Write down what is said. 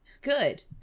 good